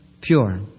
pure